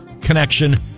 connection